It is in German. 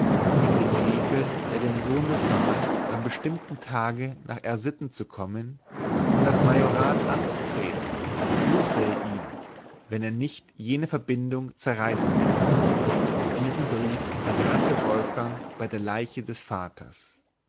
in dem briefe der dem sohn befahl am bestimmten tage nach r sitten zu kommen um das majorat anzutreten fluchte er ihm wenn er nicht jene verbindung zerreißen werde diesen brief verbrannte wolfgang bei der leiche des vaters